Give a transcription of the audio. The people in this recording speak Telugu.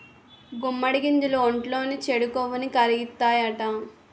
గుమ్మడి గింజలు ఒంట్లోని చెడు కొవ్వుని కరిగిత్తాయట